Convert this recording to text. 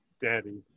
daddy